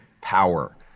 power